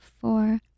four